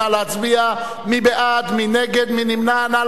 נא להצביע, מי בעד, מי נגד, מי נמנע.